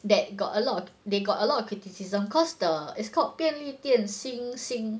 that got a lot they got a lot of criticism cause the it's called 便利店星星